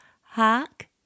Hark